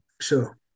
Sure